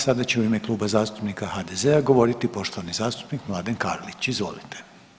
Sada će u ime Kluba zastupnika HDZ-a govoriti poštovani zastupnik Mladen Karlić, izvolite.